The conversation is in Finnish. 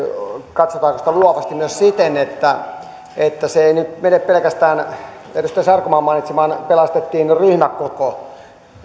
katsotaanko sitä luovasti myös siten että että se ei nyt mene pelkästään edustaja sarkomaan mainitsemaan pelastettiin ryhmäkoko